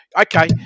okay